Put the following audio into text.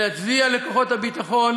להצדיע לכוחות הביטחון